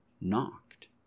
knocked